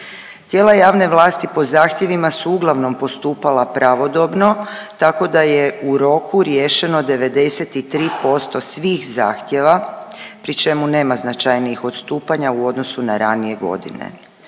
Tijela javne vlasti po zahtjevima su uglavnom postupala pravodobno tako da je u roku riješeno 93% svih zahtjeva pri čemu nema značajnijih odstupanja u odnosu na ranije godine.